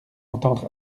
entendre